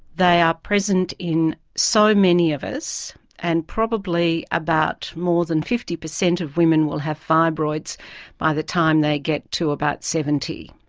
they are present in so many of us and probably about more than fifty percent of women will have fibroids by the time they get to about seventy.